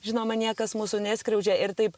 žinoma niekas mūsų neskriaudžia ir taip